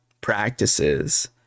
practices